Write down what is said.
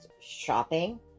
shopping